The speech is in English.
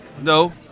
no